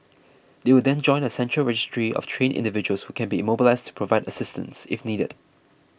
they will then join a central registry of trained individuals who can be mobilised to provide assistance if needed